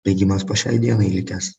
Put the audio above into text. bėgimas po šiai dienai likęs